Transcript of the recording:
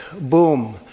boom